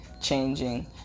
changing